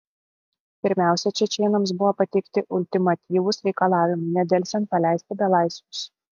pirmiausia čečėnams buvo pateikti ultimatyvūs reikalavimai nedelsiant paleisti belaisvius